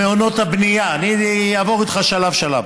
אני אעבור איתך שלב-שלב: